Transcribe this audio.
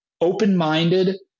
open-minded